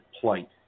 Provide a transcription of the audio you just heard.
plight